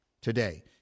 today